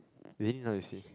you need to know and see